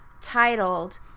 titled